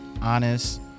honest